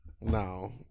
No